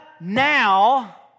now